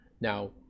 Now